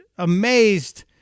amazed